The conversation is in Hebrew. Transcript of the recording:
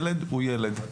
ילד הוא ילד.